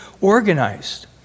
organized